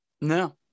No